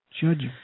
Judge